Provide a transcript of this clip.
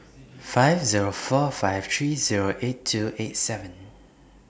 five Zero four five three Zero eight two eight seven